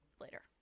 later